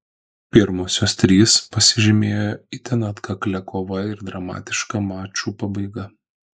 pirmosios trys pasižymėjo itin atkaklia kova ir dramatiška mačų pabaiga